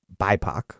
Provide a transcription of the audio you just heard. BIPOC